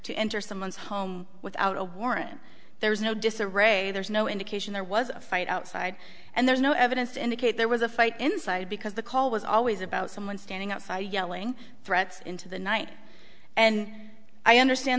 to enter someone's home without a warrant there's no disarray there's no indication there was a fight outside and there's no evidence to indicate there was a fight inside because the call was always about someone standing outside yelling threats into the night and i understand